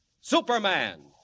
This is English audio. Superman